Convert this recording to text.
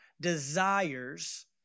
desires